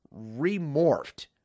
remorphed